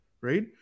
right